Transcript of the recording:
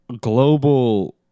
global